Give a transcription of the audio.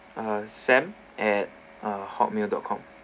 ah sam at ah hotmail dot com